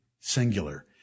singular